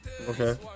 Okay